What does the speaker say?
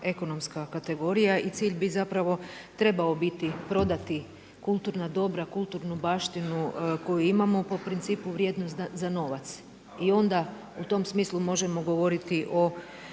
ekonomska kategorija. I cilj bi zapravo trebao biti prodati kulturna dobra, kulturnu baštinu koju imamo po principu vrijednost za novac i onda u tom smislu možemo govoriti o